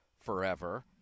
forever